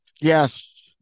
yes